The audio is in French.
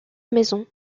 maisons